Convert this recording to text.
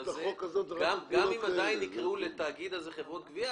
גם אם עדיין יקראו לתאגיד הזה "חברות גבייה",